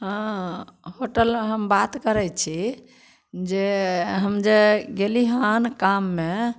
हँ होटल हम बात करैत छी जे हम जे गेली हन काममे